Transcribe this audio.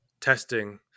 testing